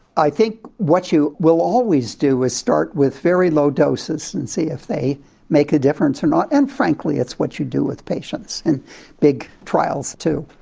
i think what you will always do is start with very low doses and see if they make a difference or not, and frankly it's what you do with patients in big trials too.